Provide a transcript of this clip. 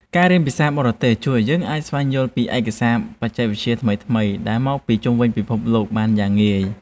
ការរៀនភាសាបរទេសជួយឱ្យយើងអាចស្វែងយល់ពីឯកសារបច្ចេកវិទ្យាថ្មីៗដែលមកពីជុំវិញពិភពលោកបានយ៉ាងងាយ។